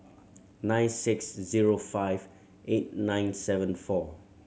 nine six zero five eight nine seven four